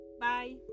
Bye